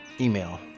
email